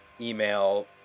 email